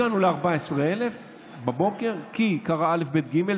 הגענו ל-14,000 בבוקר כי קרה כך וכך,